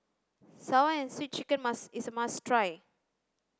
sour and sweet chicken must is a must try